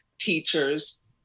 teachers